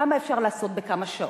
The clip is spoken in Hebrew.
כמה אפשר לעשות בכמה שעות?